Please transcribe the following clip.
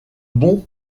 bon